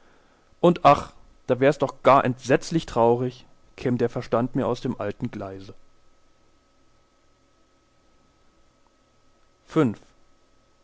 und ach da wär's doch gar entsetzlich traurig käm der verstand mir aus dem alten gleise